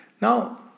Now